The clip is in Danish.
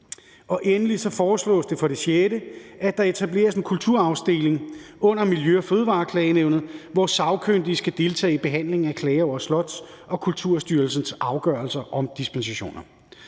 Endelig foreslås det for det sjette, at der etableres en kulturarvsafdeling under Miljø- og Fødevareklagenævnet, hvor sagkyndige skal deltage i behandlingen af klager over Slots- og Kulturstyrelsens afgørelser om dispensationer.